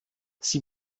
sie